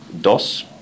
DOS